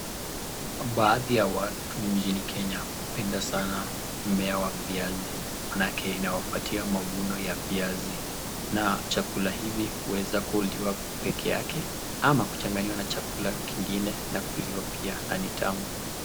Baadhi ya watu nchini Kenya hupenda sana mimea wa viazi manake unawapatia mavuno wa viazi na chakula hivi huweza kukuliwa pekee yake ama kuchanganyiwa na chakula kingine na kukuliwa pia na ni tamu.